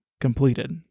completed